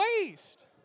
waste